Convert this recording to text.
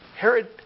Herod